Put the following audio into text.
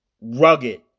rugged